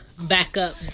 backup